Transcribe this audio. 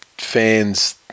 fans